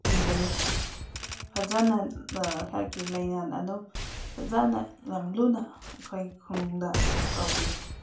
ꯄꯤꯕꯅꯤ ꯐꯖꯅ ꯍꯥꯔꯠꯀꯤ ꯂꯥꯏꯅꯥꯅ ꯑꯗꯨꯝ ꯐꯖꯅ ꯌꯥꯝ ꯂꯨꯅ ꯑꯩꯈꯣꯏ ꯈꯨꯟꯗ ꯑꯗꯨꯝ ꯇꯧꯕꯤꯌꯦ